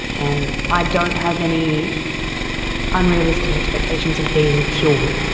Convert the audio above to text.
and i don't have any unrealistic expectations of being cured.